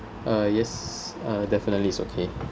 uh yes definitely it's okay